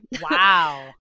Wow